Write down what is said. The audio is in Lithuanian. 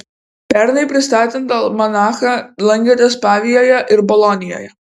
pernai pristatant almanachą lankėtės pavijoje ir bolonijoje